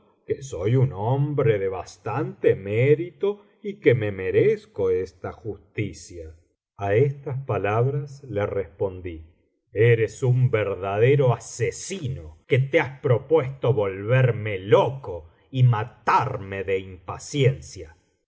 que soy un hombre de bastante mérito y que me merezco esta justicia a estas palabras le respondí eres un verdadero asesino que te has propuesto volverme loco y matarme de impaciencia